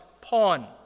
pawn